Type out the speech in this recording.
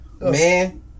Man